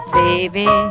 baby